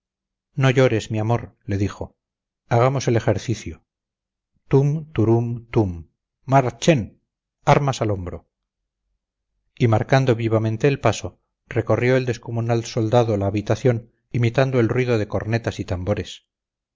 no llores mi amor le dijo hagamos el ejercicio tum turum tum marchen armas al hombro y marcando vivamente el paso recorrió el descomunal soldado la habitación imitando el ruido de cornetas y tambores